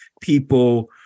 people